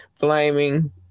blaming